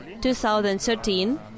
2013